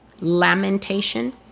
lamentation